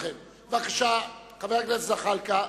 חבר הכנסת זחאלקה,